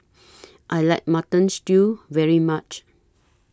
I like Mutton Stew very much